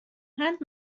میخواهند